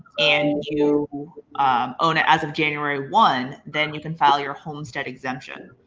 and you own it as of january one, then you can file your homestead exemption.